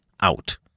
out